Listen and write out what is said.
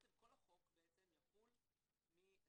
כל החוק בעצם יחול מ-2021.